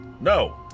No